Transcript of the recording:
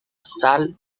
sal